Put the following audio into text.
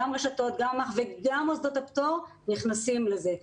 גם רשתות וגם מוסדות הפטור נכנסים לזה,